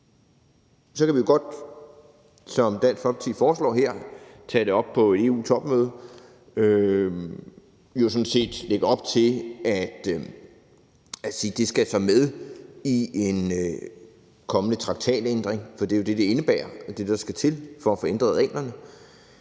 kan vi jo godt, som Dansk Folkeparti foreslår her, tage det op på et EU-topmøde ved sådan set at lægge op til, at det skal med i en kommende traktatændring, for det er det, det indebærer for at få ændret reglerne.